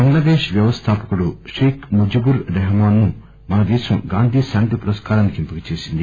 బంగ్లాదేశ్ వ్యవస్థాపకుడు షేక్ ముజ బుర్ రెహమాస్ ను మన దేశం గాంధీ శాంతి పురస్కారానికి ఎంపిక చేసింది